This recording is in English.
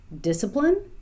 discipline